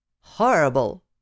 Horrible